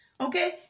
Okay